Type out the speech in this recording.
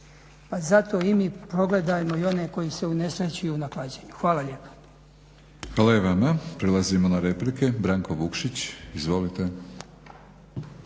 Pa zato i mi progledajmo i one koji su se unesrećili na klađenju. Hvala lijepa. **Batinić, Milorad (HNS)** Hvala i vama. Prelazimo na replike. Branko Vukšić, izvolite.